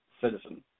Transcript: citizen